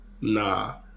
Nah